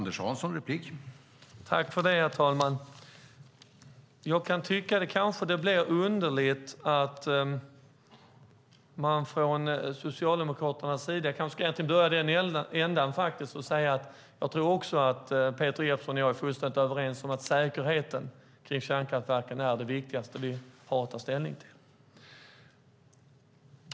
Herr talman! Jag tror också att Peter Jeppsson och jag är helt överens om att säkerheten kring kärnkraftverken är det viktigaste vi har att ta ställning till.